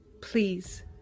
please